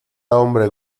hombre